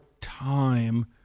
time